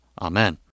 Amen